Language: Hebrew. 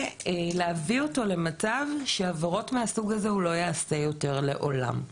ולהביא אותו למצב שעבירות מהסוג הזה הוא לא יעשה יותר לעולם.